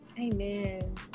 Amen